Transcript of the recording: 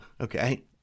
okay